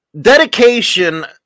Dedication